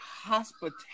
hospitality